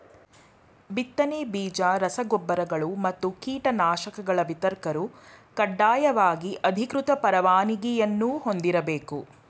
ಬಿತ್ತನೆ ಬೀಜ ರಸ ಗೊಬ್ಬರಗಳು ಮತ್ತು ಕೀಟನಾಶಕಗಳ ವಿತರಕರು ಕಡ್ಡಾಯವಾಗಿ ಅಧಿಕೃತ ಪರವಾನಗಿಯನ್ನೂ ಹೊಂದಿರ್ಬೇಕು